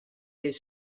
his